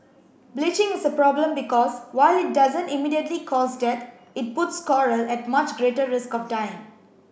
bleaching is a problem because while it doesn't immediately cause death it puts coral at much greater risk of dying